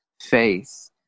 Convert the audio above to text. faith